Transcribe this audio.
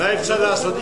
מה אפשר לעשות?